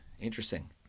interesting